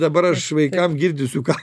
dabar aš vaikam girdysiu ką